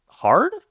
hard